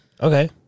Okay